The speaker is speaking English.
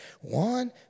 One